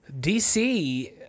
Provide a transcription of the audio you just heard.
DC